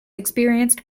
experienced